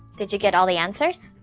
did you get all the answers?